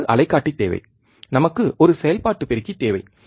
நமக்கு அலைக்காட்டி தேவை நமக்கு ஒரு செயல்பாட்டு பெருக்கி தேவை